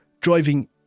driving